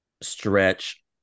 stretch